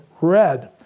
Red